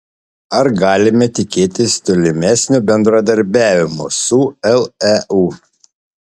ar galime tikėtis tolimesnio bendradarbiavimo su leu